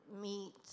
meet